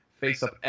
face-up